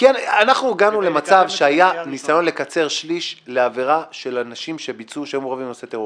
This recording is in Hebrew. הגענו למצב שהיה ניסיון לקצר שליש לעבירה של אנשים שביצעו מעשי טרור.